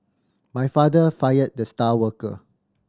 my father fired the star worker